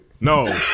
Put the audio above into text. No